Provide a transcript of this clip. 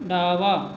डावा